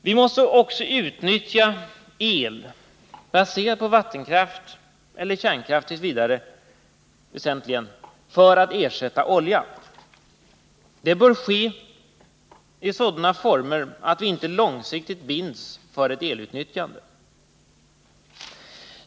Vi måste också utnyttja el, väsentligen baserad på vattenkraft eller kärnkraft t. v. för att ersätta olja. Det skall ske i sådana former att vi inte långsiktigt binds för ett elutnyttjande.